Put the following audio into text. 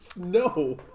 No